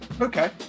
okay